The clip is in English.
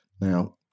Now